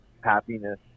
happiness